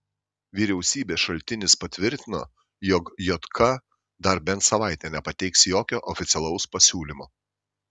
vyriausybės šaltinis patvirtino jog jk dar bent savaitę nepateiks jokio oficialaus pasiūlymo